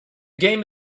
game